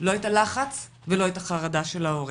לא את הלחץ ולא את החרדה של ההורים.